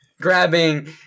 grabbing